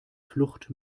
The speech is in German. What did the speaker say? flucht